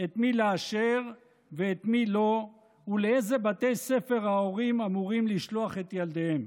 את מי לאשר ואת מי לא ולאיזה בתי ספר ההורים אמורים לשלוח את ילדיהם.